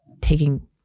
taking